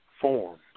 Form